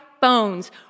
Bones